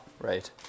right